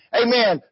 amen